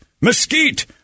mesquite